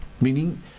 Meaning